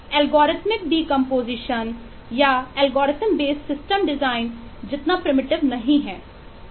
यह algorithm decomposition नहीं है